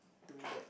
doing that